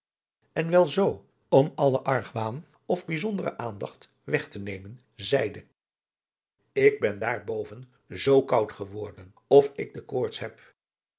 en wel zoo dat zij om allen argwaan of bijzondere aandacht weg te nemen zeide ik ben daar boven zoo koud geworden of ik de koorts heb